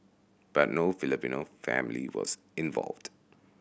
but no Filipino family was involved